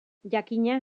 jakina